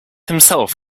himself